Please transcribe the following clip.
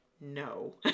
No